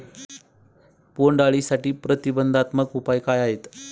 बोंडअळीसाठी प्रतिबंधात्मक उपाय काय आहेत?